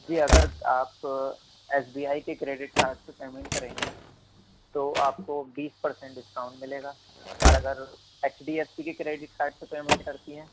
جی اگر آپ S B I کے کریڈٹ کارڈ سے پیمنٹ کریں گی تو آپ کو بیس پر سینٹ ڈسکاؤنٹ ملے گا اور اگر ایچ ڈی ایف سی کی کریڈٹ کارڈ سے پیمنٹ کرتی ہیں